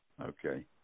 Okay